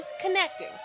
connecting